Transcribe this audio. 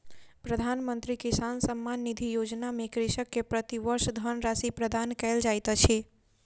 प्रधानमंत्री किसान सम्मान निधि योजना में कृषक के प्रति वर्ष धनराशि प्रदान कयल जाइत अछि